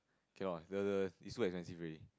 cannot the the it's too expensive already